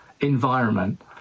environment